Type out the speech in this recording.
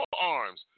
arms